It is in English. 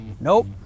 Nope